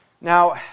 Now